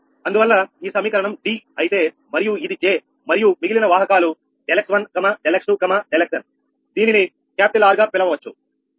అందువల్ల ఈ సమీకరణం D అయితే మరియు ఇది J మరియు మిగిలిన వాహకాలు ∆𝑥1 ∆𝑥2 ∆𝑥n దీనిని క్యాపిటల్ R గా పిలవచ్చు